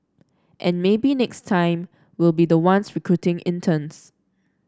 and maybe next time we'll be the ones recruiting interns